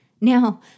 Now